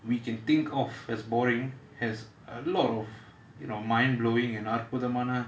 we can think of as boring has a lot of you know mind blowing அற்புதமான:arputhamaana